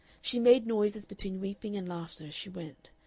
she made noises between weeping and laughter as she went.